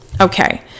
Okay